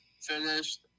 finished